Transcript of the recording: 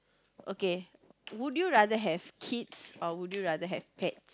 okay would you rather have kids or would you rather have pet